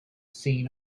seen